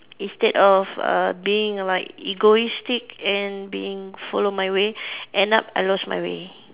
instead of uh being like egoistic and being follow my way end up I lost my way